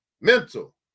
mental